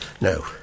No